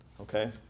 okay